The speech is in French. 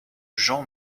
jean